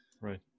Right